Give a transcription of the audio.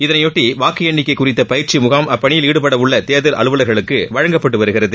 இதனையொட்டி வாக்கு எண்ணிக்கை குறித்த பயிற்சி முகாம் அப்பணியில் ஈடுபடவுள்ள தேர்தல் அலுவலர்களுக்கு வழங்கப்பட்டு வருகிறது